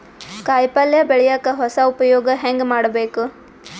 ಕಾಯಿ ಪಲ್ಯ ಬೆಳಿಯಕ ಹೊಸ ಉಪಯೊಗ ಹೆಂಗ ಮಾಡಬೇಕು?